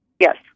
Yes